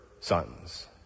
sons